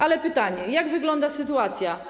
Ale pytanie: Jak wygląda sytuacja... Czas.